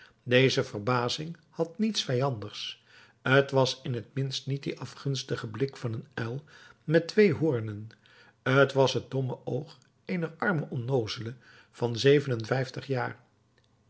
deze verbazing had niets vijandigs t was in t minst niet die afgunstige blik van een uil met twee hoornen t was het domme oog eener arme onnoozele van zeven en vijftig jaar